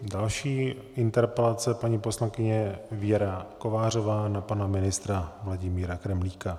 Další interpelace paní poslankyně Věra Kovářová na pana ministra Vladimíra Kremlíka.